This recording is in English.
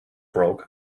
broke